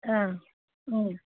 অঁ